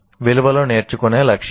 విలువలు నేర్చుకునే లక్ష్యాలు